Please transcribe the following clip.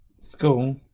School